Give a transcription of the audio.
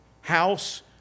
house